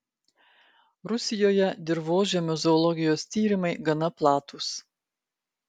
rusijoje dirvožemio zoologijos tyrimai gana platūs